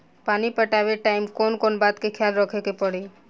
पानी पटावे टाइम कौन कौन बात के ख्याल रखे के पड़ी?